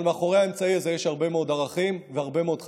אבל מאחורי האמצעי הזה יש הרבה מאוד ערכים והרבה מאוד חשיבות.